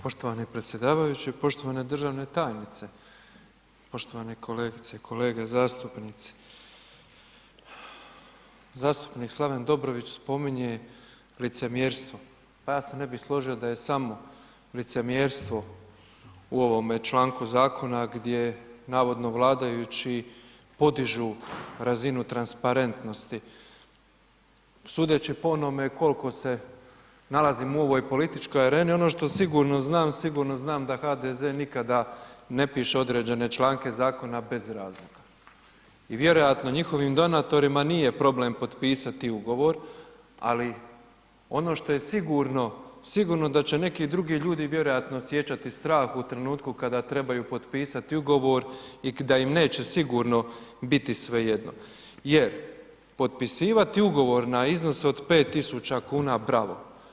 Poštovani predsjedavajući, poštovane državne tajnice, poštovane kolegice i kolege zastupnici, zastupnik Slaven Dobrović spominje licemjerstvo, pa ja se ne bi složio da je samo licemjerstvo u ovome članku zakona gdje navodno vladajući podižu razinu transparentnosti, sudeći po onome kolko se nalazimo u ovoj političkoj areni, ono što sigurno znam, sigurno znam da HDZ nikada ne piše određene članke zakona bez razloga i vjerojatno njihovim donatorima nije problem potpisati ugovor, ali ono što je sigurno, sigurno da će neki drugi ljudi vjerojatno osjećati strah u trenutku kada trebaju potpisati ugovor i da im neće sigurno biti svejedno jer potpisivati ugovor na iznos od 5.000,00 kn bravo.